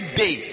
day